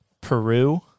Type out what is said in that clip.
Peru